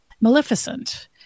Maleficent